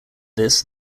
this